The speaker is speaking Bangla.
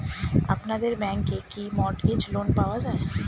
আপনাদের ব্যাংকে কি মর্টগেজ লোন পাওয়া যায়?